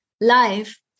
life